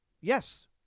yes